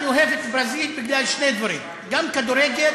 אני אוהב את ברזיל בגלל שני דברים: גם כדורגל